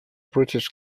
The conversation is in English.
british